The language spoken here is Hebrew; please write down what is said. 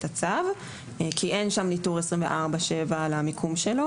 הצו כי אין שם ניטור 24/7 על המיקום שלו,